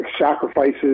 sacrifices